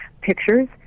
pictures